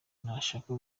ntashaka